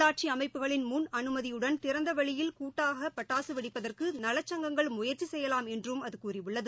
உள்ளாட்சி அமைப்புகளின் முன் அனுமதியுடன் திறந்த வெளியில் கூட்டாக பட்டாசு வெடிப்பதற்கு நலச்சங்கங்கள் முயற்சி செய்யலாம் என்றும் அது கூறியுள்ளது